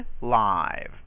live